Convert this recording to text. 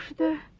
the